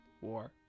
War